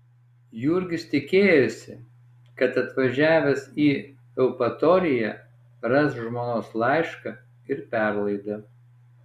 jurgis tikėjosi kad atvažiavęs į eupatoriją ras žmonos laišką ir perlaidą